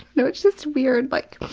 know, it's just weird, but